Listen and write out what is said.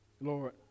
Lord